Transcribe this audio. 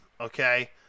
Okay